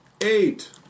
Eight